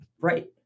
Right